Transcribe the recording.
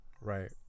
Right